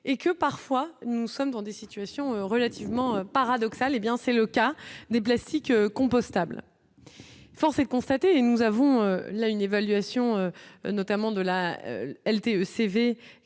et que parfois, nous sommes dans des situations relativement paradoxal, hé bien c'est le cas des plastiques compostables. Force est constater, et nous avons là une évaluation, notamment de la LTE CV